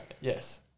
Yes